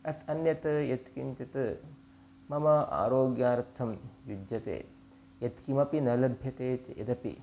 अत्र अन्यत् यत्किञ्चित् मम आरोग्यार्थं युज्यते यत्किमपि न लभ्यते चेदपि